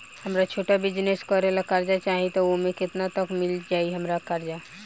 हमरा छोटा बिजनेस करे ला कर्जा चाहि त ओमे केतना तक मिल जायी हमरा कर्जा?